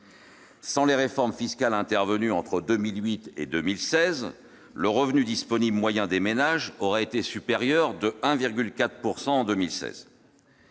Sans les réformes fiscales intervenues entre 2008 et 2016, le revenu disponible moyen des ménages aurait été supérieur de 1,4 % en 2016.